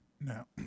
Now